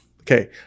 okay